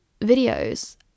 videos